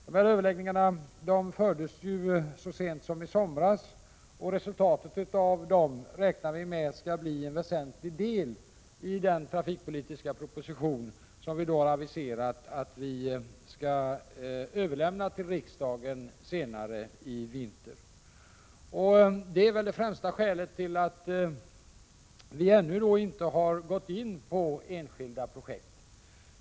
Dessa överläggningar fördes så sent som i somras, och resultatet av dem räknar vi med skall bli en väsentlig del i den trafikpolitiska proposition som vi aviserat att vi skall överlämna till riksdagen senare i vinter. Det är väl det främsta skälet till att vi ännu inte gått in på enskilda projekt.